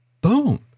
Boom